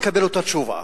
תקבל את אותה תשובה,